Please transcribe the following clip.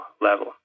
level